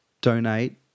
donate